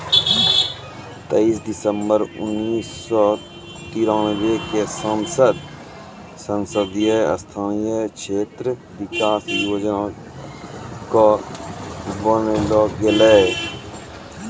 तेइस दिसम्बर उन्नीस सौ तिरानवे क संसद सदस्य स्थानीय क्षेत्र विकास योजना कअ बनैलो गेलैय